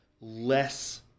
less